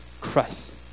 Christ